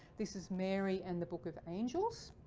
this is mary and the book of angels.